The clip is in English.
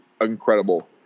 incredible